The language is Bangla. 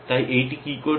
তাই এইটি কি করছে